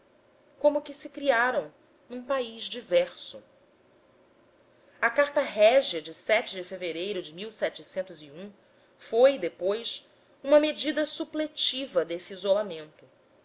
como que se criaram num país diverso a carta régia de de fevereiro de foi depois uma medida supletiva desse isolamento